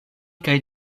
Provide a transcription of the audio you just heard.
kaj